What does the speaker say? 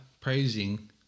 praising